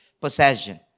possession